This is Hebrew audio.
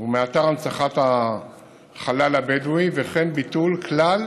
ומאתר הנצחת החלל הבדואי, וכן ביטול כלל